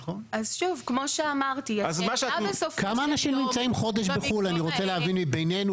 כמה אנשים נמצאים חודש בחוץ לארץ?